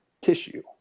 tissue